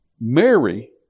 Mary